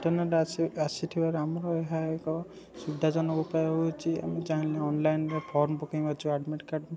internet ଆସି ଆସିଥିବାରୁ ଆମର ଏହା ଏକ ସୁବିଧାଜନକ ହେଉଛି ଆମେ ଚାହିଁଲେ ଅନଲାଇନ୍ ଫର୍ମ ପକାଇ ପାରୁଛୁ ଆଡମିଟ୍ କାର୍ଡ଼୍